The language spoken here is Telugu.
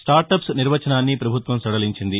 స్టార్టప్స్ నిర్వచనాన్ని పభుత్వం సడలించింది